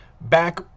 back